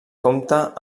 compta